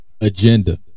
agenda